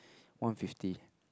one fifty